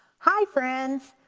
hi friends,